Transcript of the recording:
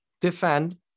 defend